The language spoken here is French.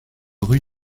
rue